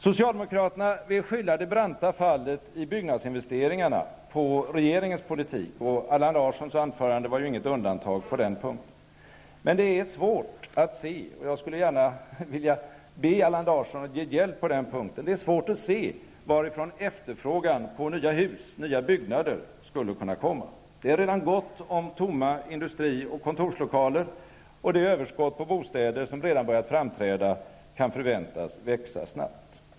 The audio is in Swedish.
Socialdemokraterna vill skylla det branta fallet i byggnadsinvesteringarna på regeringens politik. Allan Larssons anförande var inget undantag på den punkten. Men det är svårt att se, och jag skulle gärna vilja be Allan Larsson om hjälp på den punkten, varifrån efterfrågan på nya hus, nya byggnader, skulle kunna komma. Det är redan gott om tomma industri och kontorslokaler, och det överskott på bostäder som redan börjat framträda kan förväntas växa snabbt.